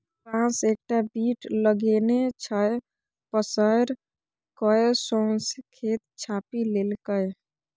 बांस एकटा बीट लगेने छै पसैर कए सौंसे खेत छापि लेलकै